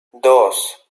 dos